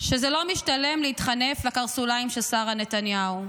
שזה לא משתלם להתחנף לקרסוליים של שרה נתניהו,